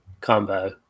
combo